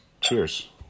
Cheers